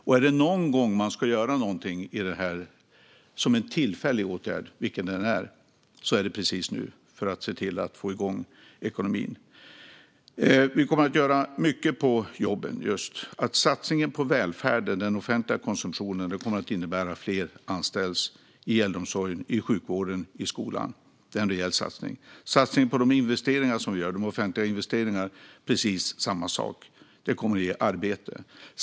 Och är det någon gång man ska göra någonting som en tillfällig åtgärd, vilket detta är, är det precis nu, för att få igång ekonomin. Vi kommer att göra mycket på jobbområdet. Satsningen på välfärden och den offentliga konsumtionen kommer att innebära att fler anställs i äldreomsorgen, i sjukvården och i skolan. Det är en rejäl satsning. Det är samma sak med den satsning som vi gör på de offentliga investeringarna. Det kommer att ge arbete.